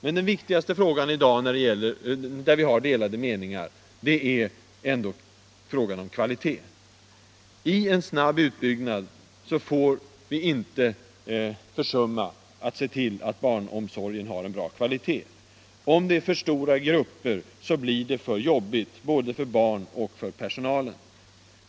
Men den viktigaste frågan i dag där vi har delade meningar gäller kvaliteten. I en snabb utbyggnad får vi inte försumma att se till att barnomsorgen har en bra kvalitet. Om det är för stora grupper blir det för jobbigt, både för barn och för personalen.